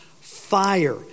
fire